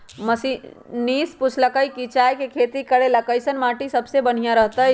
मनीष पूछलकई कि चाय के खेती करे ला कईसन माटी सबसे बनिहा रहतई